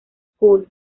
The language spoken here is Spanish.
school